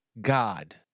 God